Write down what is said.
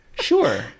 Sure